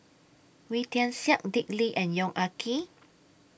Wee Tian Siak Dick Lee and Yong Ah Kee